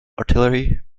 artillery